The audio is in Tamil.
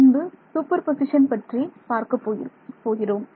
பின்பு சூப்பர்பொசிஷன் பற்றி பார்க்க இருக்கிறோம்